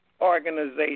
organization